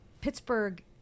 Pittsburgh